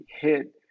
hit